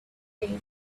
day